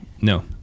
No